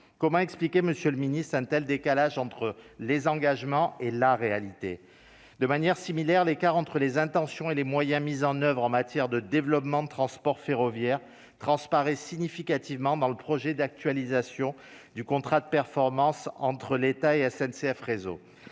comment expliquer, monsieur le ministre untel décalage entre les engagements et la réalité de manière similaire, l'écart entre les intentions et les moyens mis en oeuvre en matière de développement de transports ferroviaires transparaît significativement dans le projet d'actualisation du contrat de performance entre l'état et SNCF, réseau,